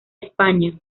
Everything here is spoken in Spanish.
españa